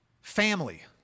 Family